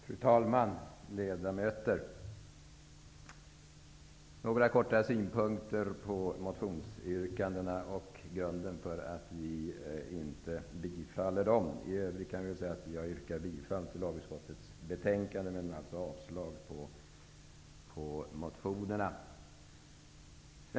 Fru talman! Ledamöter! Jag vill ge några korta synpunkter på motionsyrkandena och grunden för att inte tillstyrka dem. Jag yrkar bifall till lagutskottets hemställan och avslag på reservationerna.